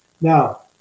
Now